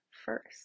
first